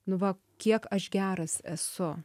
nu va kiek aš geras esu